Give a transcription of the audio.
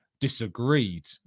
disagreed